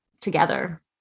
together